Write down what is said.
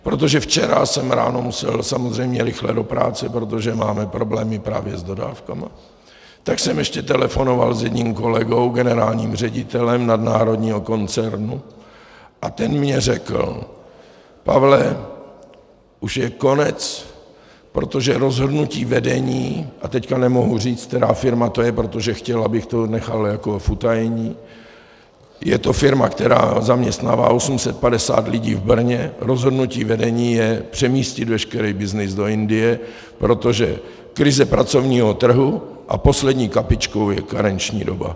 Protože včera jsem ráno musel samozřejmě rychle do práce, protože máme problémy právě s dodávkami, tak jsem ještě telefonoval s jedním kolegou, generálním ředitelem nadnárodního koncernu, a ten mně řekl: Pavle, už je konec, protože rozhodnutí vedení a teď nemohu říct, která firma to je, protože chtěl, abych to nechal jako v utajení, je to firma, která zaměstnává 850 lidí v Brně rozhodnutí vedení je přemístit veškerý byznys do Indie, protože je krize pracovního trhu a poslední kapičkou je karenční doba.